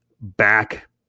back